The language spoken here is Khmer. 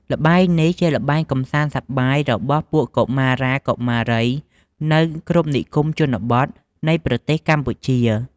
ល្បែងនេះ ជាល្បែងកំសាន្តសប្បាយ របស់ពួកកុមារាកុមារីនៅគ្រប់និគមជនបទ នៃប្រទេស កម្ពុជា ។